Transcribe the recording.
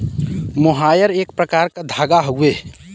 मोहायर एक प्रकार क धागा हउवे